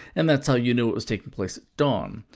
and that's how you knew it was taking place at dawn.